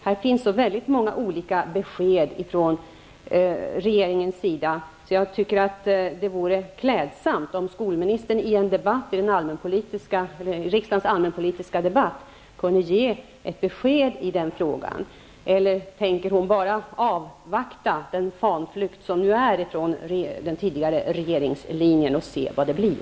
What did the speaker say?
Här finns så många olika besked från regeringens sida att jag tycker att det vore klädsamt om skolministern i riksdagens allmänpolitiska debatt kunde ge ett besked i den frågan. Eller tänker hon bara avvakta den fanflykt som nu sker från den tidigare regeringslinjen och se hur det blir?